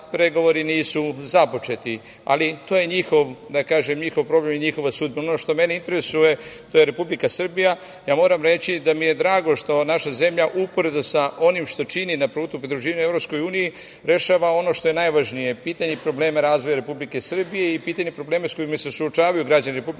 pregovori nisu započeti, ali to je njihov problem i njihova sudbina. Ono što mene interesuje to je Republika Srbija. Ja moram reći da mi je drago što naša zemlja uporedo sa onim što čini na putu pridruživanja EU rešava ono što je najvažnije, pitanje problema razvoja Republike Srbije i pitanje problema sa kojima se suočavaju građani Republike